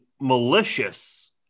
malicious